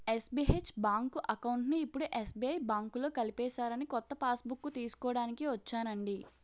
SBH bank అకౌంట్ని ఇప్పుడు SBI బాంకులో కలిపేసారని కొత్త పాస్బుక్కు తీస్కోడానికి ఒచ్చానండి